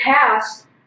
past